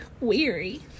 Weary